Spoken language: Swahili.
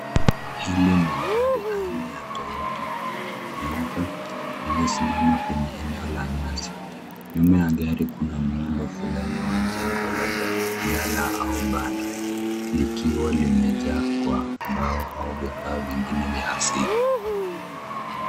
Hili ni gari aina ya Toyota nyeupe iliyosimama kwenye eneo la nyasi. Nyuma ya gari kuna muundo fulani wa jengo labda ghala au banda, likiwa limejaa kwa mbao au vifaa vingine vya asili.